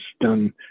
done